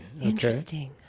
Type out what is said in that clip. Interesting